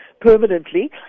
permanently